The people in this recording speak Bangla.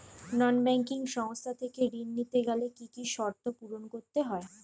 নন ব্যাঙ্কিং সংস্থা থেকে ঋণ নিতে গেলে কি কি শর্ত পূরণ করতে হয়?